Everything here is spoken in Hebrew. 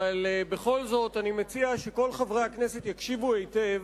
אבל בכל זאת אני מציע שכל חברי הכנסת יקשיבו היטב,